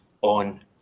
on